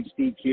HDQ